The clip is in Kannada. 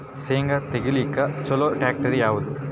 ಶೇಂಗಾ ತೆಗಿಲಿಕ್ಕ ಚಲೋ ಟ್ಯಾಕ್ಟರಿ ಯಾವಾದು?